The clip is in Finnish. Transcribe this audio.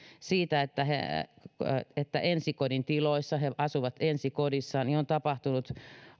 siitä että ensikodin tiloissa he asuvat ensikodissa on tapahtunut